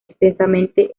extensamente